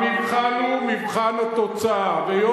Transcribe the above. אתה חבר בוועדה למינוי שופטים.